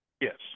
Yes